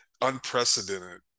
unprecedented